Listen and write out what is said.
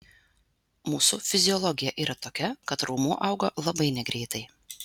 mūsų fiziologija yra tokia kad raumuo auga labai negreitai